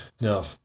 Now